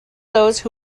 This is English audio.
those